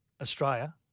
Australia